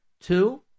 Two